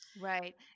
Right